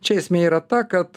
čia esmė yra ta kad